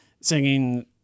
singing